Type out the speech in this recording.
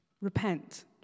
Repent